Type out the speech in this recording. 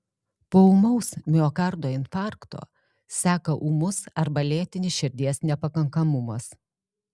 po ūmaus miokardo infarkto seka ūmus arba lėtinis širdies nepakankamumas